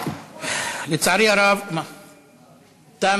לצערי הרב, תם